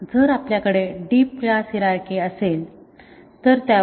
तर जर आपल्याकडे डीप क्लास हिरारची असेल तर त्यावर काय उपाय असू शकतो